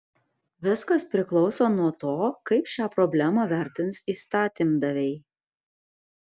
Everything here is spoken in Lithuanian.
viskas priklauso nuo to kaip šią problemą vertins įstatymdaviai